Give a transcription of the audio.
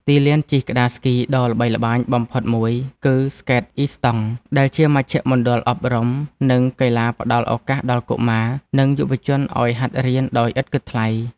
ទីលានជិះក្ដារស្គីដ៏ល្បីល្បាញបំផុតមួយគឺ ស្កេតអ៊ីស្តង់ ដែលជាមជ្ឈមណ្ឌលអប់រំ និងកីឡាផ្ដល់ឱកាសដល់កុមារ និងយុវជនឱ្យហាត់រៀនដោយឥតគិតថ្លៃ។